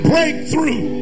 Breakthrough